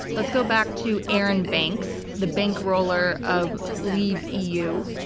let's go back to arron banks, the bankroller of leave. eu.